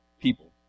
people